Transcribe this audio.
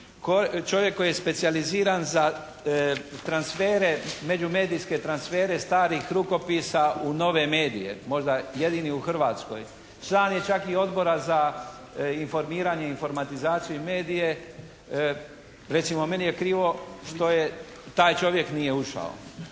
čovjek koji je specijaliziran za transfere, međumedijske transfere starih rukopisa u nove medije, možda jedini u Hrvatskoj. Član je čak i Odbora za informiranje, informatizaciju i medije. Recimo meni je krivo što je, šta taj čovjek nije ušao.